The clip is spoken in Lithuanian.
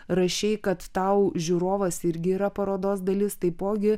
rašei kad tau žiūrovas irgi yra parodos dalis taipogi